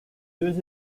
deux